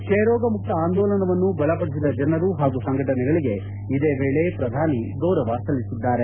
ಕ್ಷಯರೋಗ ಮುಕ್ತ ಆಂದೋಲನವನ್ನು ಬಲಪಡಿಸಿದ ಜನರು ಹಾಗೂ ಸಂಘಟನೆಗಳಿಗೆ ಇದೇ ವೇಳೆ ಪ್ರಧಾನಿ ಗೌರವ ಸಲ್ಲಿಸಿದ್ದಾರೆ